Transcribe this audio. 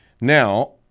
Now